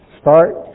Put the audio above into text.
start